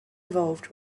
involved